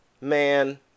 man